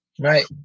Right